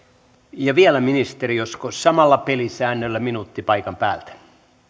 ja vielä ministeri josko samalla pelisäännöllä minuutti paikan päältä